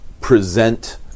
present